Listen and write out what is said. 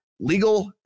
Legal